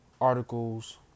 Articles